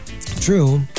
True